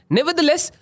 Nevertheless